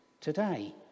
today